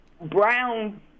brown